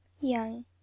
Young